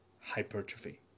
hypertrophy